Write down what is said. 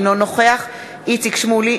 אינו נוכח איציק שמולי,